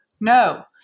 no